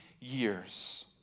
years